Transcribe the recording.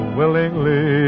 willingly